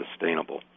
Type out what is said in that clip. sustainable